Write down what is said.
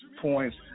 points